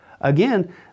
Again